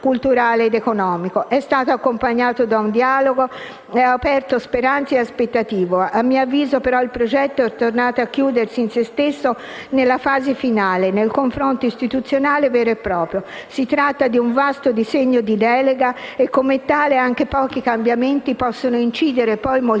è stato accompagnato da un dialogo ed ha aperto speranze ed aspettative, tuttavia, a mio avviso il progetto è tornato a chiudersi in se stesso nella fase finale, nel confronto istituzionale vero e proprio. Si tratta di un vasto disegno di delega e come tale anche pochi cambiamenti possono incidere, poi, moltissimo